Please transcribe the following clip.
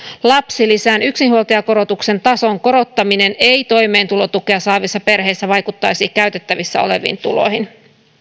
lapsilisän yksinhuoltajakorotuksen tason korottaminen ei toimeentulotukea saavissa perheissä vaikuttaisi käytettävissä oleviin tuloihin